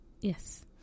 Yes